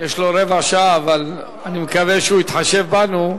יש לו רבע שעה, אבל אני מקווה שהוא יתחשב בנו.